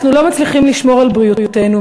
אנחנו לא מצליחים לשמור על בריאותנו,